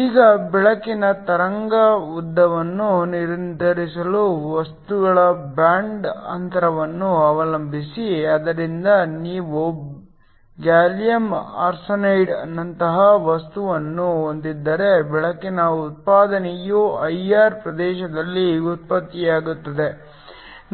ಈಗ ಬೆಳಕಿನ ತರಂಗ ಉದ್ದವನ್ನು ನಿರ್ಧರಿಸುವ ವಸ್ತುಗಳ ಬ್ಯಾಂಡ್ ಅಂತರವನ್ನು ಅವಲಂಬಿಸಿ ಆದ್ದರಿಂದ ನೀವು ಗ್ಯಾಲಿಯಮ್ ಆರ್ಸೆನೈಡ್ ನಂತಹ ವಸ್ತುವನ್ನು ಹೊಂದಿದ್ದರೆ ಬೆಳಕಿನ ಉತ್ಪಾದನೆಯು IR ಪ್ರದೇಶದಲ್ಲಿ ಉತ್ಪತ್ತಿಯಾಗುತ್ತದೆ